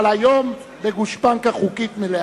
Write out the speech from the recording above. אבל היום בגושפנקה חוקית מלאה.